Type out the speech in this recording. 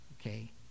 Okay